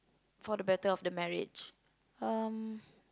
for the better of the marriage um